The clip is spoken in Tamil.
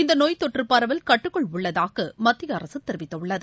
இந்த நோய் தொற்று பரவல் கட்டுக்குள் உள்ளதாக மத்திய அரசு தெரிவித்துள்ளது